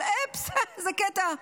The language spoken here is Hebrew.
אבל אופס, איזה קטע,